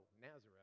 Nazareth